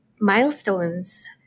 milestones